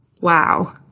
Wow